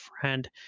friend